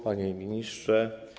Panie Ministrze!